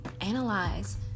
analyze